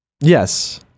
Yes